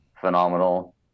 phenomenal